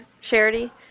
charity